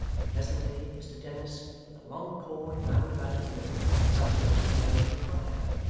and presently mr dennis, with a long cord bound about his middle, something after the manner of a friar,